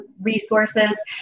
resources